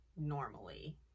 normally